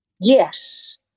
Yes